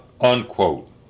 unquote